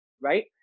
Right